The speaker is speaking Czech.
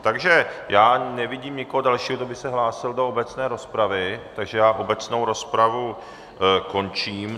Takže já nevidím nikoho dalšího, kdo by se hlásil do obecné rozpravy, takže obecnou rozpravu končím.